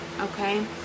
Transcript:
okay